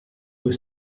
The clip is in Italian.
due